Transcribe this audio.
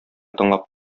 тыңлап